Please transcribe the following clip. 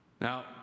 now